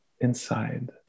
inside